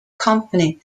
company